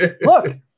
look